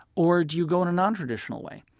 or do you go and a non-traditional way?